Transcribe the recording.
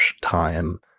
time